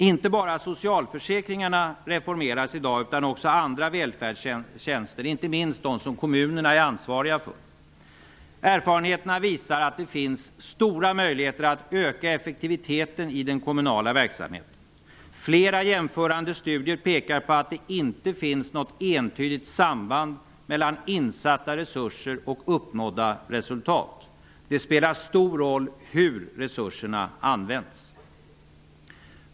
Inte bara socialförsäkringarna reformeras i dag utan också andra välfärdstjänster, inte minst de som kommunerna är ansvariga för. Erfarenheterna visar att det finns stora möjligheter att öka effektiviteten i den kommunala verksamheten. Flera jämförande studier pekar på att det inte finns något entydigt samband mellan insatta resurser och uppnådda resultat. Det spelar stor roll hur resurserna används.